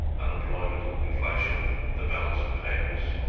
unemployment, inflation, the balance of payments,